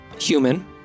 human